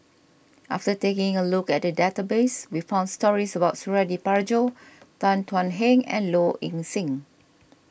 after taking a look at the database we found stories about Suradi Parjo Tan Thuan Heng and Low Ing Sing